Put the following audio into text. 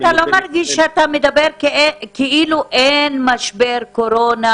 אתה לא מרגיש שאתה מדבר כאילו אין משבר קורונה,